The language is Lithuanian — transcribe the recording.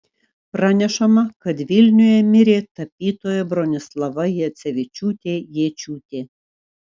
pranešama kad vilniuje mirė tapytoja bronislava jacevičiūtė jėčiūtė